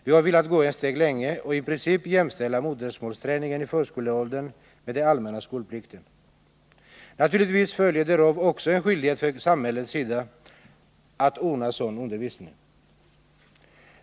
Vi har velat gå ett steg längre och i princip jämställa modersmålsträningen i förskoleåldern med den allmänna skolplikten. Naturligtvis följer därav också en skyldighet från samhällets sida att ordna sådan undervisning.